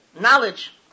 knowledge